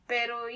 Pero